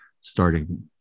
starting